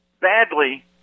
badly